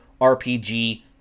RPG